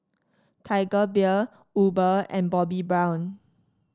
Tiger Beer Uber and Bobbi Brown